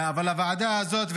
אבל הוועדה הזאת,